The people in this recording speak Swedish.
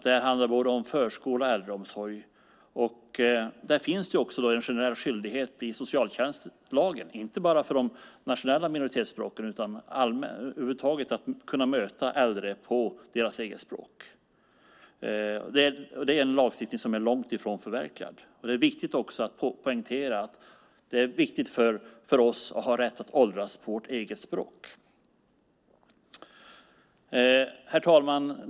Det här handlar både om förskole och äldreomsorg. Det finns också en generell skyldighet i socialtjänstlagen, inte bara för de nationella minoritetsspråken utan över huvud taget att kunna möta äldre på deras eget språk. Det är en lagstiftning som är långt ifrån förverkligad, och det är viktigt att poängtera att det är viktigt för oss att ha rätt att åldras på vårt eget språk. Herr talman!